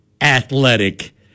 athletic